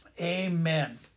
Amen